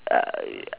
uh ya